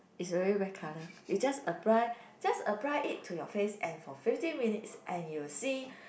it already white colour you just apply just apply it to your face and for fifteen minutes and you'll see